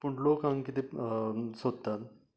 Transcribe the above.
पूण लोक हांग किदें सोदतात